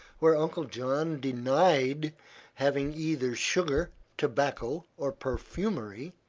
where uncle john denied having either sugar, tobacco or perfumery,